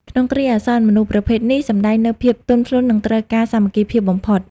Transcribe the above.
ក្នុងគ្រាអាសន្ន មនុស្សប្រភេទនេះសម្ដែងនូវភាពទន់ភ្លន់ និងត្រូវការសាមគ្គីភាពបំផុត។